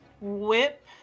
whip